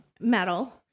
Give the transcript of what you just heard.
metal